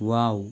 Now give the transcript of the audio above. wow